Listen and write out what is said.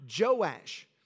Joash